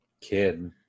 kid